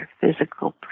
physical